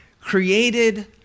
created